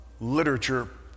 literature